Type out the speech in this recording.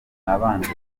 nabanje